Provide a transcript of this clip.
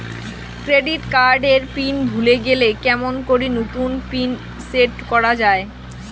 Credit card এর PIN ভুলে গেলে কেমন করি নতুন পিন সেট করা য়ায়?